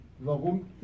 warum